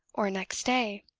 or next day?